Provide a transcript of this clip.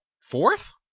Fourth